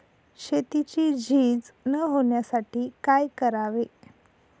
शेतीची झीज न होण्यासाठी काय करावे?